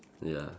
ya